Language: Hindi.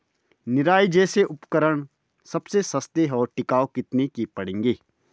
निराई जैसे उपकरण सबसे सस्ते और टिकाऊ कितने के पड़ेंगे?